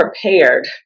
prepared